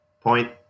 point